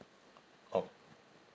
orh